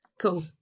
Cool